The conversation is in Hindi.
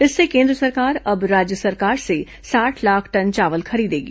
इससे केन्द्र सरकार अब राज्य सरकार से साठ लाख टन चावल खरीदेगी